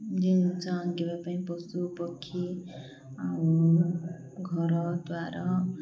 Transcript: ଜିନିଷ ଆଙ୍କିବା ପାଇଁ ପଶୁ ପକ୍ଷୀ ଆଉ ଘରଦ୍ୱାର